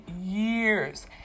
years